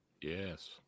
Yes